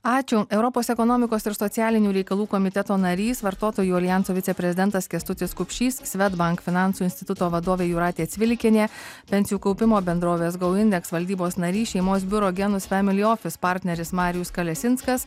ačiū europos ekonomikos ir socialinių reikalų komiteto narys vartotojų aljanso viceprezidentas kęstutis kupšys svedbank finansų instituto vadovė jūratė cvilikienė pensijų kaupimo bendrovės go indeks valdybos narys šeimos biuro genus family office partneris marijus kalesinskas